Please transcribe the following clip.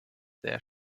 sehr